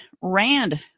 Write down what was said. Rand